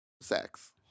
sex